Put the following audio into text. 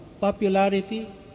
Popularity